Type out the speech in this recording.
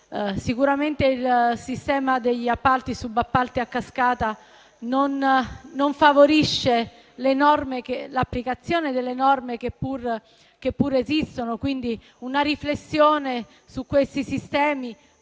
Sicuramente il sistema degli appalti e dei subappalti a cascata non favorisce l'applicazione delle norme che pure esistono, quindi una riflessione su questi sistemi